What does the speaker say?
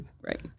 Right